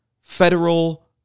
Federal